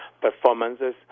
performances